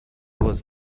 was